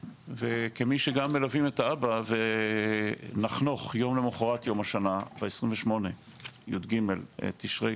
וכמי שגם מלווים את האבא ונחנוך יום למחרת יום השנה ב-28 י"ג תשרי,